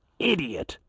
idiot,